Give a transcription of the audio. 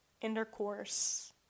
intercourse